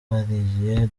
bambariye